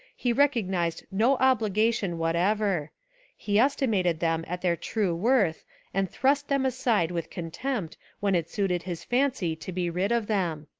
he rec ognised no obligation whatever he estimated them at their true worth and thrust them aside with contempt when it suited his fancy to be rid of them.